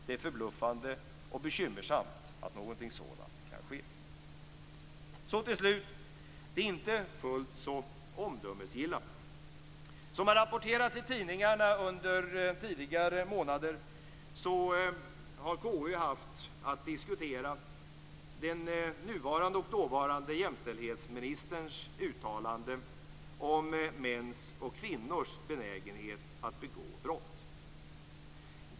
Det är förbluffande och bekymmersamt att någonting sådant kan ske. Till slut vill jag säga något om det inte fullt så omdömesgilla. Som har rapporterats i tidningarna under tidigare månader har KU haft att diskutera den nuvarande och dåvarande jämställdhetsministerns uttalande om mäns och kvinnors benägenhet att begå brott.